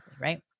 right